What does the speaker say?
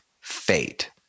fate